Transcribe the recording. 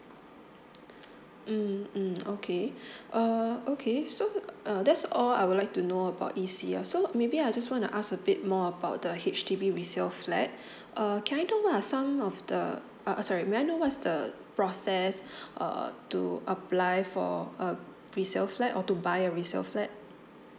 mm mm okay uh okay so uh that's all I would like to know about E_C uh so maybe I just wanna ask a bit more about the H_D_B resale flat err can I know what are some of the uh uh sorry may I know what's the process uh to apply for a resale flat or to buy resale flat